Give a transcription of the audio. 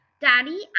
Daddy